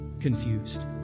confused